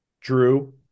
Drew